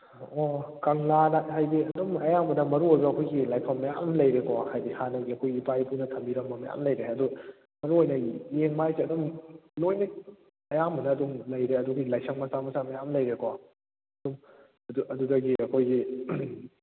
ꯑꯣ ꯀꯪꯂꯥꯗ ꯍꯩꯗꯤ ꯑꯗꯨꯝ ꯑꯌꯥꯝꯕꯅ ꯃꯔꯨ ꯑꯣꯏꯕ ꯑꯩꯈꯣꯏꯒꯤ ꯂꯥꯏꯐꯝ ꯃꯌꯥꯝ ꯑꯃ ꯂꯩꯗꯅꯀꯣ ꯍꯥꯏꯗꯤ ꯍꯥꯟꯅꯒꯤ ꯑꯩꯈꯣꯏꯒꯤ ꯏꯄꯥ ꯏꯄꯨꯅ ꯊꯝꯕꯤꯔꯝꯕ ꯃꯌꯥꯝ ꯂꯩꯔꯦ ꯑꯗꯨ ꯃꯔꯨ ꯑꯣꯏꯅ ꯌꯦꯡꯕ ꯍꯥꯏꯁꯦ ꯑꯗꯨꯝ ꯂꯣꯏꯅ ꯑꯌꯥꯝꯕꯅ ꯑꯗꯨꯝ ꯂꯩꯔꯦ ꯑꯗꯨꯗꯤ ꯂꯥꯏꯁꯪ ꯃꯆꯥ ꯃꯆꯥ ꯃꯌꯥꯝ ꯂꯩꯔꯦꯀꯣ ꯑꯗꯨꯝ ꯑꯗꯨꯗꯒꯤ ꯑꯩꯈꯣꯏꯒꯤ